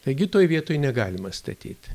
taigi toj vietoj negalima statyt